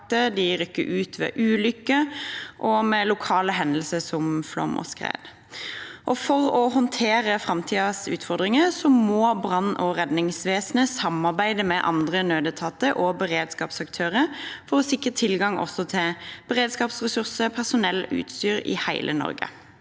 og rykker ut ved ulykker og andre lokale hendelser som flom og skred. For å håndtere framtidens utfordringer må brann- og redningsvesenet samarbeide med andre nødetater og beredskapsaktører for å sikre tilgang til beredskapsressurser, personell og utstyr i hele Norge,